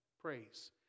praise